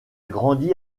grandi